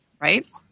right